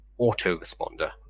autoresponder